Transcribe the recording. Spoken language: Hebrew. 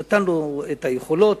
הוא נתן לו את היכולות,